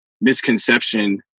misconception